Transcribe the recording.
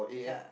ya